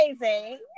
amazing